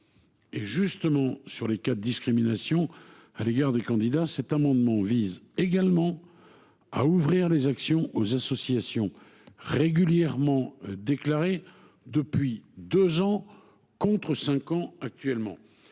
En outre, concernant les cas de discrimination à l’égard des candidats, cet amendement vise justement à ouvrir les actions de groupe aux associations régulièrement déclarées depuis deux ans, contre cinq ans actuellement.